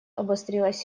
обострилась